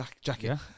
jacket